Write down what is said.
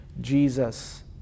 Jesus